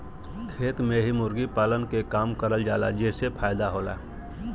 खेत में ही मुर्गी पालन के काम करल जाला जेसे फायदा होला